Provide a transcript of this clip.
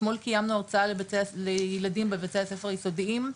אתמול קיימנו הרצאה לילדים בבתי הספר היסודיים,